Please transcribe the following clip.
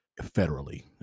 federally